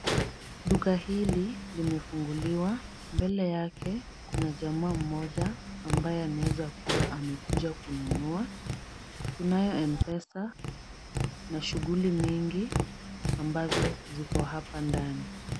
Duka hili limefunguliwa. Mbele yake kuna jamaa mmoja ambaye anaezakuwa amekuja kununua. Tunayo Mpesa na shughuli mingi ambazo ziko hapa ndani.